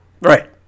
Right